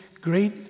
great